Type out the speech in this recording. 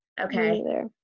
Okay